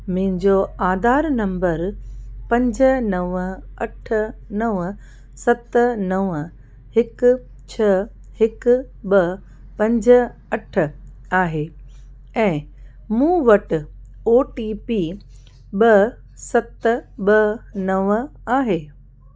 मुंहिंजो आधार नम्बर पंज नव अठ नव सत नव हिकु छह हिकु ॿ पंज अठ आहे ऐं मूं वटि ओ टी पी ॿ सत ॿ नव आहे